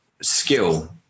skill